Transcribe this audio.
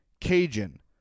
Cajun